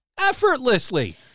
effortlessly